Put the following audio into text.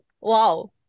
wow